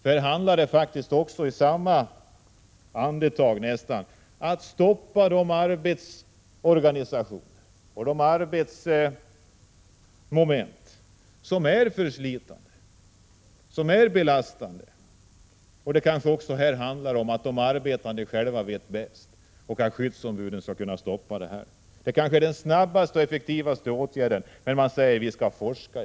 Det blir då i nästan samma andetag fråga om att sätta stopp för den arbetsorganisation och de arbetsmoment som medför förslitningsoch belastningsskador. Det kanske också här handlar om att de arbetande själva vet bäst och att skyddsombuden borde kunna stoppa sådant arbete. Det är kanske den snabbaste och effektivaste åtgärden, men i stället säger man: Vi skall forska.